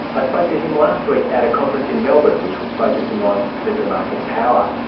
i spoke to him last week at a conference in melbourne which was focusing on supermarket power.